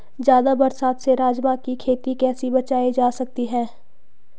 ज़्यादा बरसात से राजमा की खेती कैसी बचायी जा सकती है?